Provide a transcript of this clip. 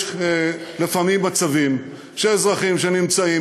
יש לפעמים מצבים של אזרחים שנמצאים